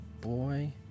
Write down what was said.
boy